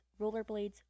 rollerblades